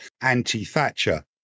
anti-Thatcher